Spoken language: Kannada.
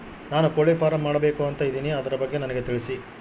ನಾನು ಕೋಳಿ ಫಾರಂ ಮಾಡಬೇಕು ಅಂತ ಇದಿನಿ ಅದರ ಬಗ್ಗೆ ನನಗೆ ತಿಳಿಸಿ?